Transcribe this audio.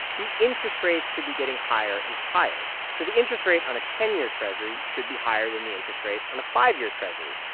the interest rates should be getting higher and higher. so the interest rate on a ten year treasury should be higher than the interest rate on a five-year treasury.